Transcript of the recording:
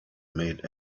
made